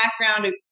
background